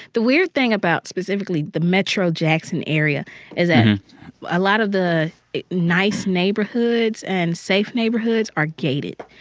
the weird thing about specifically the metro jackson area is that a lot of the nice neighborhoods and safe neighborhoods are gated.